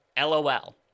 LOL